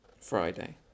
Friday